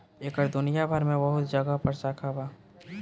एकर दुनिया भर मे बहुत जगह पर शाखा बा